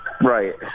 Right